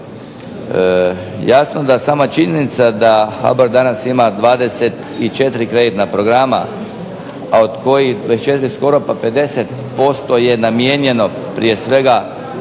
Jasno da sama činjenica da HBOR danas ima 24 kreditna programa, a od kojih 24 skoro pa 50% je namijenjeno prije svega